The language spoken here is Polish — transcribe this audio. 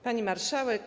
Pani Marszałek!